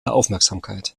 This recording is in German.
aufmerksamkeit